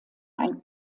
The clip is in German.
ein